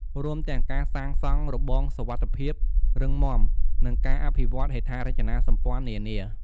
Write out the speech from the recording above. រួមទាំងការសាងសង់របងសុវត្ថិភាពរឹងមាំ និងការអភិវឌ្ឍហេដ្ឋារចនាសម្ព័ន្ធនានា។